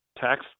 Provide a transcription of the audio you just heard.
tax